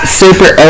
super